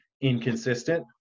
inconsistent